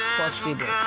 possible